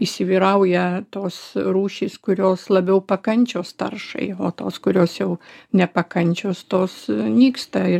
įsivyrauja tos rūšys kurios labiau pakančios taršai o tos kurios jau nepakančios tos nyksta ir